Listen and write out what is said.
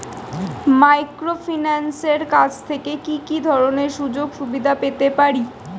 মাইক্রোফিন্যান্সের কাছ থেকে কি কি ধরনের সুযোগসুবিধা পেতে পারি?